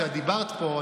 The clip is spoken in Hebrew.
כשאת דיברת פה,